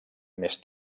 més